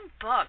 book